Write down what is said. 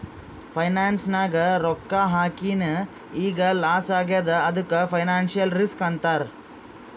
finance ನಾಗ್ ರೊಕ್ಕಾ ಹಾಕಿನ್ ಈಗ್ ಲಾಸ್ ಆಗ್ಯಾದ್ ಅದ್ದುಕ್ ಫೈನಾನ್ಸಿಯಲ್ ರಿಸ್ಕ್ ಅಂತಾರ್